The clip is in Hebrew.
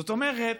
זאת אומרת,